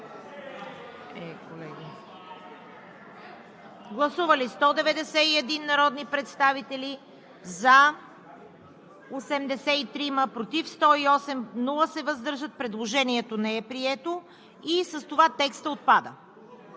Гласували 191 народни представители: за 83, против 108, въздържали се няма. Предложението не е прието. С това текстът отпада.